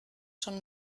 schon